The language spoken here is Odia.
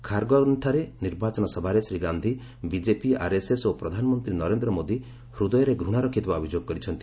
ଖାରଗନ୍ଠାରେ ନିର୍ବାଚନ ସଭାରେ ଶ୍ରୀ ଗାନ୍ଧି ବିଜେପି ଆର୍ଏସ୍ଏସ୍ ଓ ପ୍ରଧାନମନ୍ତ୍ରୀ ନରେନ୍ଦ୍ର ମୋଦି ହୃଦୟରେ ଘୃଶା ରଖିଥିବା ଅଭିଯୋଗ କରିଛନ୍ତି